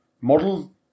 model